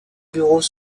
bureaux